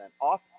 off